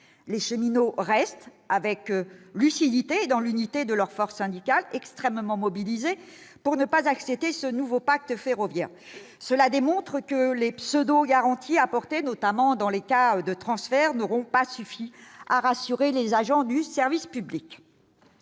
Les cheminots restent, avec lucidité et dans l'unité de leurs forces syndicales, extrêmement mobilisés pour refuser ce nouveau pacte ferroviaire. Les pseudo-garanties apportées, notamment en cas de transfert, n'auront donc pas suffi à rassurer les agents du service public.